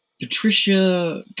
Patricia